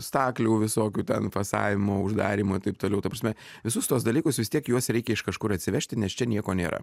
staklių visokių ten fasavimo uždarymo ir taip toliau ta prasme visus tuos dalykus vis tiek juos reikia iš kažkur atsivežti nes čia nieko nėra